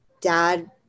dad